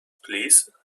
please